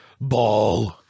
ball